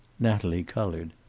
natalie colored.